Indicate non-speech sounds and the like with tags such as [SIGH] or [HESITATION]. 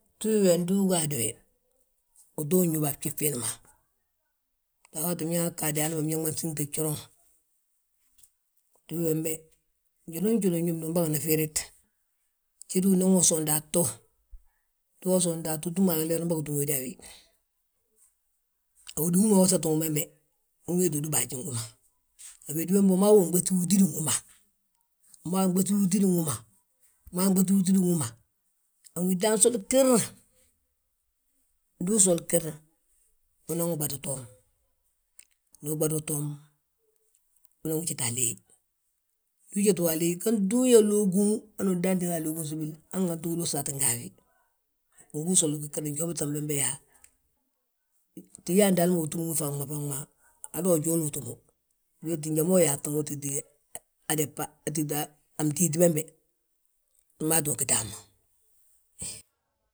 Tíw we ndu ubaadu we, wi to uñób a gjif giindi ma, uu ttin yaa ugaade hamma biñaŋ ma sínti gjooraŋ. Tíw wembe, njaloo njali unñóbni we mbagina fiirid, njédwi unan wosa undaatu, unan wi túm a gileer umbagi túm wéde a wi. Wédin wi ma usowatiwi bembe, uwéti wédi a baaji wi ma. Wédi wembe wi maa wi unɓéŧi wi utídin wi ma, wi maa wi unɓéŧi wi utídin wi ma. wi maa wi unɓéŧi wi utídin wi ma. Han wi daan soli giir, ndu usol giir unanwi ɓad toom, udu uɓadwi toom, unan wi jeta a leey. Ndu ujetiwi a leey, gantu uyaa lóoguŋ hanu udan diisa a lóoguŋ unsibil, han ganti winoosi aa tti ga a wi. Wi gí usoli gigiir njali ma ubiiŧa bembe yaa, uyaande hala ma utúm wi faŋ ma, hala ujooli utúmwi, we wéeti njali ma uyaatin wi títa [HESITATION] mtíiti bembe, maa ttu ugiti hamma.